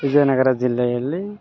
ವಿಜಯನಗರ ಜಿಲ್ಲೆಯಲ್ಲಿ